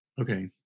okay